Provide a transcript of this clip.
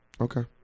Okay